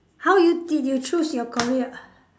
how you did you choose your career